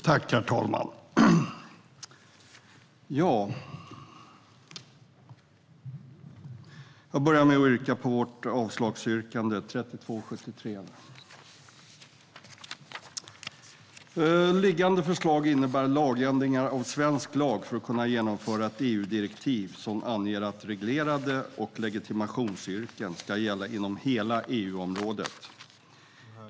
Genomförande av det moderniserade yrkes-kvalifikationsdirektivet Herr talman! Jag vill börja med att yrka bifall till reservation 1. Det liggande förslaget innebär lagändringar av svensk lag för att kunna genomföra ett EU-direktiv som anger att reglerade yrken och legitimationsyrken ska gälla inom hela EU-området.